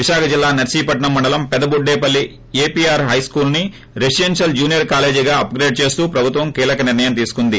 విశాఖ జిల్లా నర్సీపట్నం మండలం పెదబోడేపల్లిలో ఏపీఆర్ హైస్కూల్ని రెసిడెన్షియల్ జూనియర్ కాలేజీగా అప్ గ్రేడ్ చేస్తూ ప్రఋత్వం కీలక నిర్ణయం తీసుకుంది